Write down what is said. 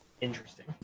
Interesting